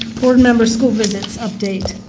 board member school visits update.